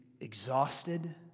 exhausted